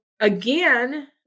again